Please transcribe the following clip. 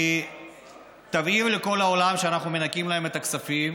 היא תבהיר לכל העולם שאנחנו מנכים להם את הכספים,